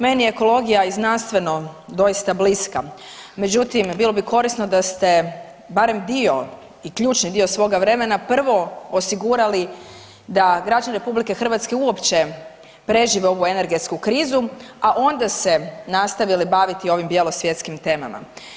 Meni je ekologija i znanstveno doista bliska, međutim bilo bi korisno da ste barem dio i ključni dio svoga vremena prvo osigurali da građani RH uopće prežive ovu energetsku krizu, a onda se nastavili baviti ovim bjelosvjetskim temama.